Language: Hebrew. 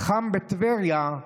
חם בטבריה,